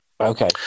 Okay